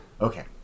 okay